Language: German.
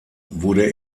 wurde